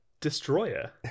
Destroyer